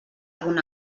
algun